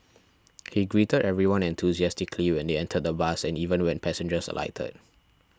he greeted everyone enthusiastically when they entered the bus and even when passengers alighted